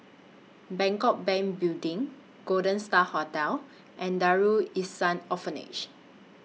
Bangkok Bank Building Golden STAR Hotel and Darul Lhsan Orphanage